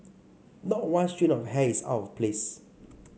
not one strand of hair is out of place